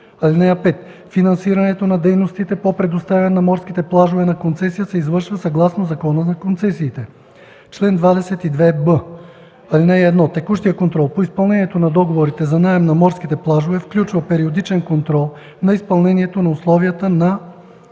ал. 9. (5) Финансирането на дейностите по предоставяне на морските плажове на концесия се извършва съгласно Закона за концесиите. Чл. 22б. (1) Текущият контрол по изпълнението на договорите за наем на морските плажове включва периодичен контрол на изпълнението на условията на